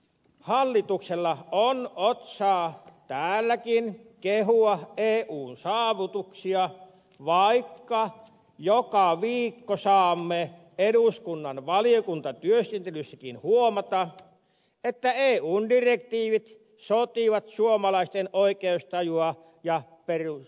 hallituksella on otsaa täälläkin kehua eun saavutuksia vaikka joka viikko saamme eduskunnan valiokuntatyöskentelyssäkin huomata että eun direktiivit sotivat suomalaisten oikeustajua ja perusperiaatteita vastaan